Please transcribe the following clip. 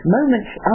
Moments